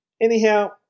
Anyhow